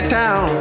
town